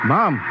Mom